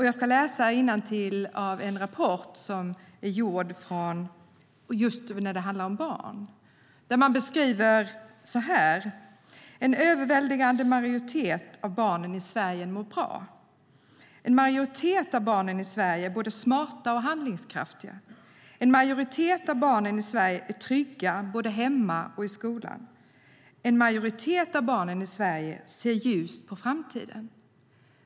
Jag ska läsa innantill från en rapport som handlar om just barn. Där skriver man så här: En överväldigande majoritet av barnen i Sverige mår bra. En majoritet av barnen i Sverige är både smarta och handlingskraftiga. En majoritet av barnen i Sverige är trygga både hemma och i skolan. En majoritet av barnen i Sverige ser ljust på framtiden.